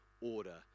order